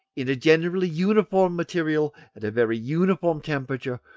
in a generally uniform material at a very uniform temperature,